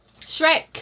shrek